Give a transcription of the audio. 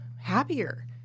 happier